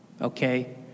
okay